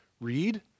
read